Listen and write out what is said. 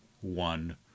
one